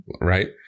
right